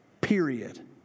period